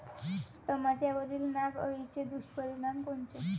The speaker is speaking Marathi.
टमाट्यावरील नाग अळीचे दुष्परिणाम कोनचे?